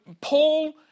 Paul